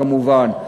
כמובן,